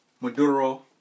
Maduro